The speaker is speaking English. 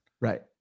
Right